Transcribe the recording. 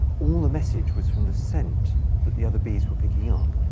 all the message was from the scent that the other bees were picking up.